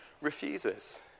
refuses